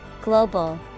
Global